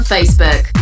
Facebook